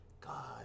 God